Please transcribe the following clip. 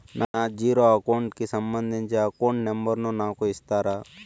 నా zero account కి సంబంధించి అకౌంట్ నెంబర్ ను నాకు ఇస్తారా